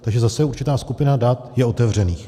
Takže zase určitá skupina dat je otevřených.